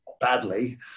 badly